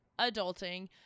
adulting